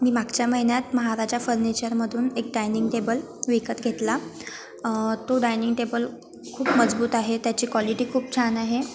मी मागच्या महिन्यात महागाच्या फर्निचरमधून एक डायनिंग टेबल विकत घेतला तो डायनिंग टेबल खूप मजबूत आहे त्याची कॉलिटी खूप छान आहे